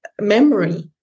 memory